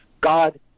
God